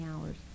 hours